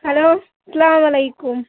hello سلام علیکُم